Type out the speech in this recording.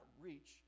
reach